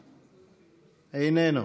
איננו,